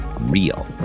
real